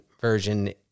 version